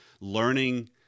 learning